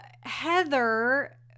Heather